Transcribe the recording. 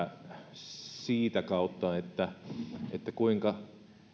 sen kautta kuinka